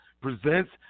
presents